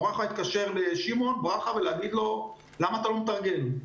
המורה יכולה להתקשר ולהגיד: למה אתה לא מתרגל?